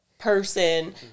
person